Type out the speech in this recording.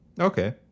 okay